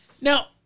Now